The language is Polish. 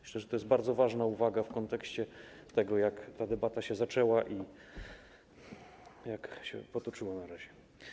Myślę, że to jest bardzo ważna uwaga w kontekście tego, jak ta debata się zaczęła, jak się potoczyła na razie.